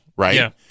Right